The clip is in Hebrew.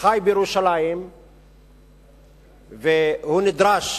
שחי בירושלים והוא נדרש